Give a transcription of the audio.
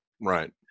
Right